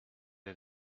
did